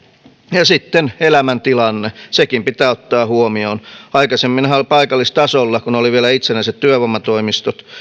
ja sitten elämäntilanne sekin pitää ottaa huomioon aikaisemminhan kun paikallistasolla oli vielä itsenäiset työvoimatoimistot